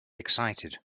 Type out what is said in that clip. excited